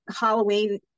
Halloween